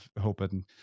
hoping